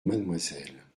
mademoiselle